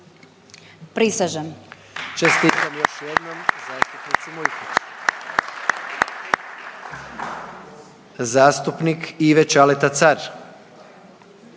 Prisežem.